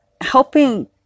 helping